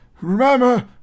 Remember